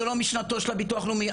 זה לא משנתו של הביטוח לאומי,